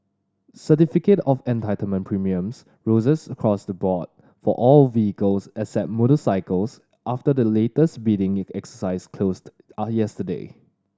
certificate of Entitlement premiums roses across the board for all vehicles except motorcycles after the latest bidding exercise closed are yesterday